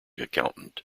accountant